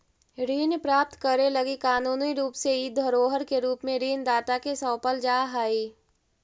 ऋण प्राप्त करे लगी कानूनी रूप से इ धरोहर के रूप में ऋण दाता के सौंपल जा हई